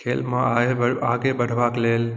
खेलमे आगे बढ़बाके लेल